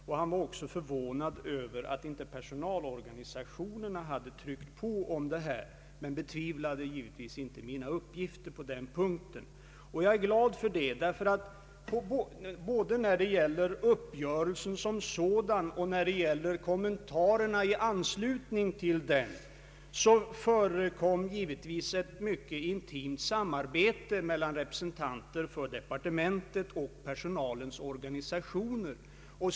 Herr Tistad är vidare överraskad av att inte personalorganisationerna hade tryckt på om detta men betvivlade inte mina uppgifter på den punkten. Jag är glad för det, ty både när det gällde uppgörelsen som sådan och i fråga om kommentarerna i anslutning till den förekom givetvis ett mycket intimt samarbete mellan representanter för departementet och personalens organisationer.